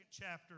chapter